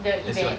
the event